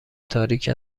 تاریک